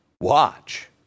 watch